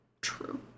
True